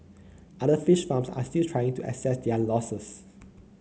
other fish farms are still trying to assess their losses